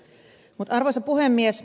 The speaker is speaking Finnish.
arvoisa puhemies